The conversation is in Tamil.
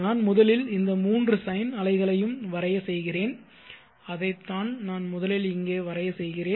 நான் முதலில் இந்த மூன்று சைன் அலைகளையும் வரைய செய்கிறேன் அதைத்தான் நான் முதலில் இங்கே வரைய செய்கிறேன்